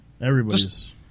everybody's